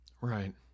Right